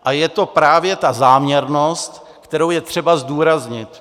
A je to právě ta záměrnost, kterou je třeba zdůraznit.